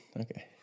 okay